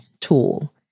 tool